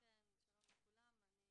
שלום לכולם, אני